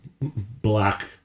black